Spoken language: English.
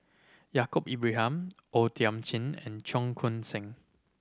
Yaacob Ibrahim O Thiam Chin and Cheong Koon Seng